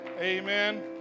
Amen